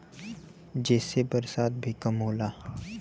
जेसे बरसात भी कम होला